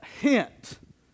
hint